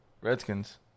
Redskins